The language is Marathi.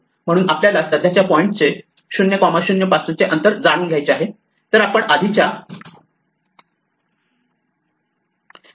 म्हणून आपल्याला सध्याच्या पॉइंटचे 0 0 पासूनचे अंतर जाणून घ्यायचे आहे